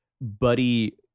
buddy